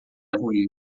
ruim